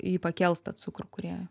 jį pakels tą cukrų kurie